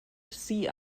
sie